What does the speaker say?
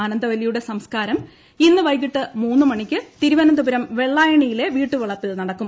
ആനന്ദവല്ലിയുടെ സംസ്കാരം ഇന്ന് വൈകിട്ട് മൂന്ന് മണിക്ക് തിരുവനന്തപുരം വെള്ളായണിയിലെ വീട്ടു വളപ്പിൽ നടക്കും